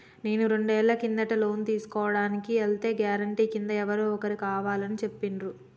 నేను రెండేళ్ల కిందట లోను తీసుకోడానికి ఎల్తే గారెంటీ కింద ఎవరో ఒకరు కావాలని చెప్పిండ్రు